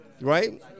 right